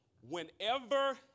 whenever